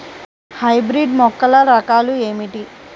Hybrid మొక్కల రకాలు ఏమిటీ?